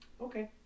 Okay